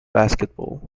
basketball